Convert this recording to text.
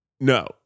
No